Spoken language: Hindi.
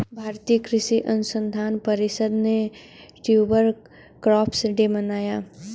भारतीय कृषि अनुसंधान परिषद ने ट्यूबर क्रॉप्स डे मनाया